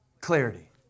Clarity